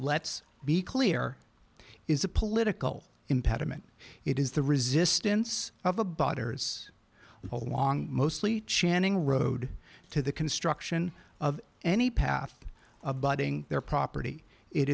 let's be clear is a political impediment it is the resistance of the butter's along mostly chinning road to the construction of any path of budding their property it